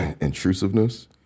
intrusiveness